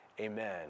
amen